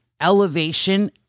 Elevation